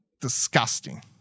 disgusting